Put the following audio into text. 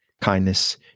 kindness